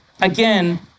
again